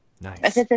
Nice